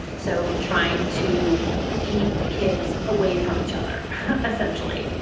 so trying to keep kids away from each other essentially,